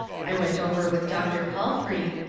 i went over with dr. palfrey,